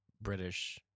British